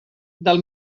del